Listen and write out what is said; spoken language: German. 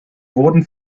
wurden